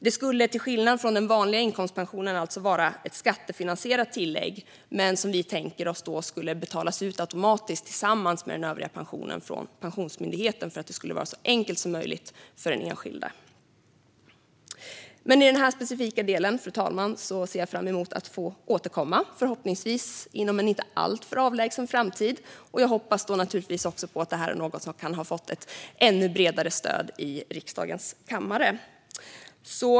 Det skulle till skillnad från den vanliga inkomstpensionen alltså vara ett skattefinansierat tillägg, men vi tänker oss att det skulle betalas ut automatiskt tillsammans med den övriga pensionen från Pensionsmyndigheten för att det ska vara så enkelt som möjligt för den enskilda. Fru talman! I denna specifika del ser jag fram emot att få återkomma inom en förhoppningsvis inte alltför avlägsen framtid. Jag hoppas naturligtvis på att detta då kan ha fått ett ännu bredare stöd i riksdagens kammare.